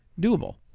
doable